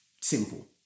Simple